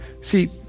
See